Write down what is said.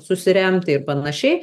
susiremti ir panašiai